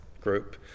group